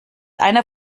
einer